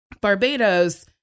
Barbados